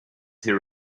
hear